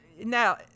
Now